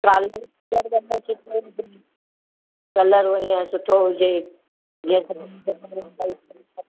colour वग़ैरह सुठो हुजे जीअं